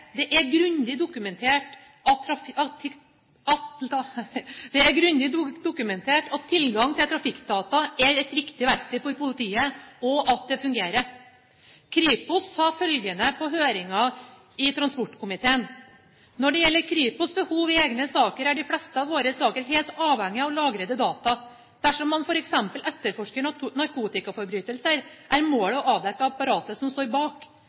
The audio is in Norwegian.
Det er grundig dokumentert at tilgang til trafikkdata er et viktig verktøy for politiet, og at det fungerer. Kripos sa følgende i høringen i transportkomiteen: Når det gjelder Kripos' behov i egne saker, er de fleste av våre saker helt avhengige av lagrede data. Dersom man f.eks. etterforsker narkotikaforbrytelser, er målet å avdekke apparatet som står bak.